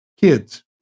kids